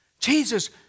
Jesus